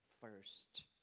first